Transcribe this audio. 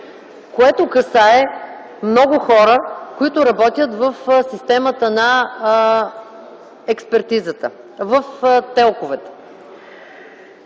което касае много хора, които работят в системата на експертизата, в телковете.